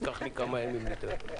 ייקח לי כמה ימים להתרגל.